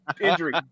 Injury